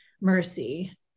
mercy